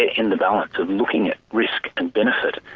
in the balance of looking at risk and benefit,